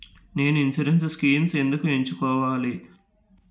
నేను insurance schemes ఎందుకు ఎంచుకోవాలి?